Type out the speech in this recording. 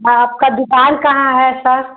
आपका दुकान कहाँ है सर